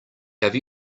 have